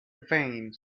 veins